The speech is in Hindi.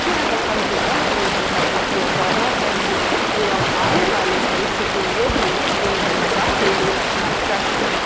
कि हमें कम से कम ईंधन का उपयोग करना चाहिए एवं आने वाले भविष्य के लिए भी ईंधन बचा के ही रखना चाहिए